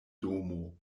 domo